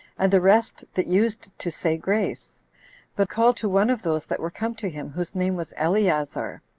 and the rest that used to say grace but called to one of those that were come to him, whose name was eleazar,